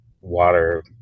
water